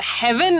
heaven